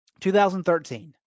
2013